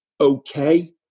okay